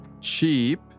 Cheap